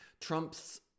Trump's